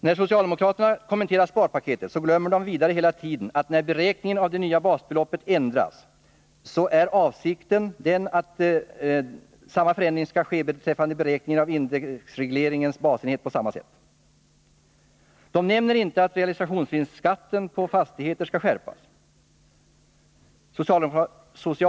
När socialdemokraterna kommenterar sparpaketet glömmer de hela tiden, att när beräkningen av basbeloppet ändras, ändras beräkningen av indexregleringens basenhet på samma sätt. De nämner inte att realisationsvinstskatten på fastigheter skärps.